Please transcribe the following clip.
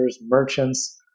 merchants